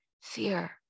fear